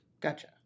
Gotcha